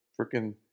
freaking